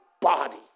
body